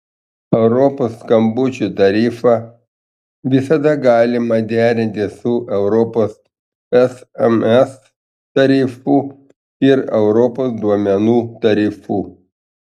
europos skambučių tarifą visada galima derinti su europos sms tarifu ir europos duomenų tarifu